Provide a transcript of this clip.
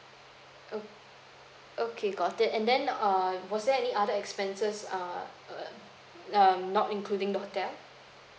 o~ okay got it and then err was there any other expenses err uh um not including the hotel